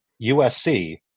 USC